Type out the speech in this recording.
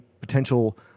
potential